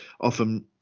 often